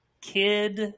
kid